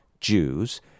Jews